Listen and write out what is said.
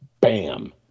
bam